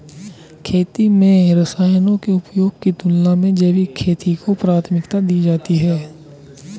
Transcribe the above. खेती में रसायनों के उपयोग की तुलना में जैविक खेती को प्राथमिकता दी जाती है